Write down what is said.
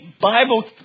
bible